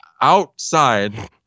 outside